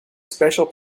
special